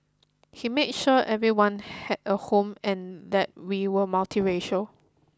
he made sure everyone had a home and that we were multiracial